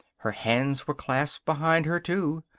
her hands were clasped behind her, too.